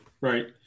right